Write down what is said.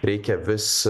reikia vis